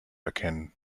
erkennen